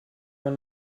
man